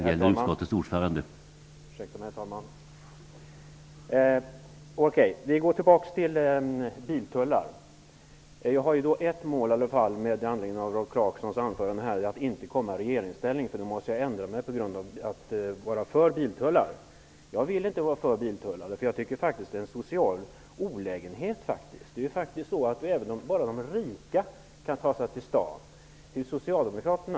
Herr talman! Ursäkta mig, herr talman. Jag går tillbaka till frågan om biltullar. Jag har i alla fall ett mål med anledning av Rolf Clarksons anförande, och det är att inte komma i regeringsställning, för då måste jag ändra mig för att vara för biltullar. Jag vill inte vara för biltullar. Jag tycker att det faktiskt är en social olägenhet. Bara de rika kan ta sig till stan. Socialdemokraterna .